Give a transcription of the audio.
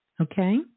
Okay